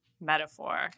metaphor